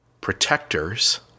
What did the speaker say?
protectors